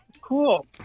Cool